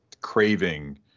craving